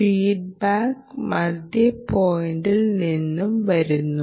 feedback മധ്യ പോയിന്റിൽ നിന്നും വരുന്നു